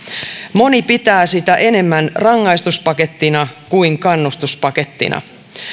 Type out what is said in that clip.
moni pitää sitä enemmän rangaistuspakettina kuin kannustuspakettina